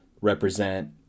Represent